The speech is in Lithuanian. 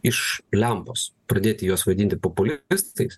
iš lempos pradėti juos vadinti populistais